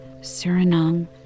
Suriname